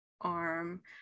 arm